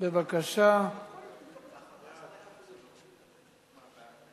את הנושא לוועדת העבודה, הרווחה